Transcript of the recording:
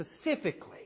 specifically